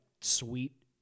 sweet